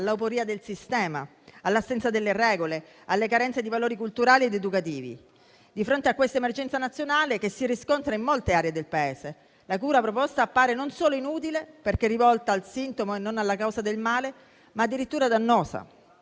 all'aporia del sistema, all'assenza delle regole e alle carenze di valori culturali ed educativi. Di fronte a questa emergenza nazionale che si riscontra in molte aree del Paese, la cura proposta appare non solo inutile, perché rivolta al sintomo e non alla causa del male, ma addirittura dannosa.